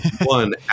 one